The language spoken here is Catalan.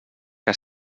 que